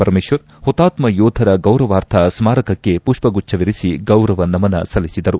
ಪರಮೇಶ್ವರ್ ಹುತಾತ್ತ ಯೋಧರ ಗೌರವಾರ್ಥ ಸ್ನಾರಕಕ್ಕೆ ಮಷ್ವಗುಚ್ಲವಿರಸಿ ಗೌರವ ನಮನ ಸಲ್ಲಿಸಿದರು